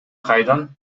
кайдан